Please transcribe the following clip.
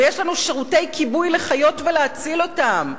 ויש לנו שירותי כיבוי להחיות ולהציל אותם.